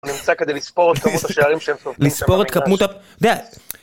נמצא כדי לספור את כמות השערים שהם סופרים. לספור את כמות ה... אתה יודע.